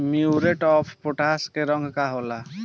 Muriate of potash के रंग का होला?